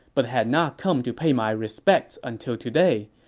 but had not come to pay my respects until today.